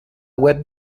web